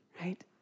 right